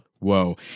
whoa